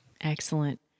Excellent